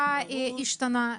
ההצגה השתנה?